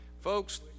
Folks